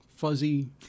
fuzzy